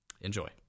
Enjoy